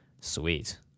Sweet